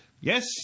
Yes